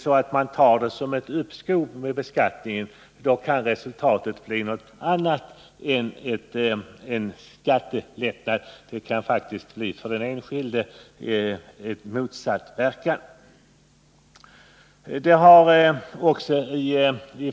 Uppfattar man åtgärden som ett uppskov med beskattningen kan resultatet bli något annat än en skattelättnad — det kan faktiskt för den enskilde få motsatt verkan.